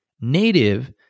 native